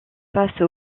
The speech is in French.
face